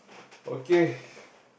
okay